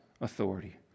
authority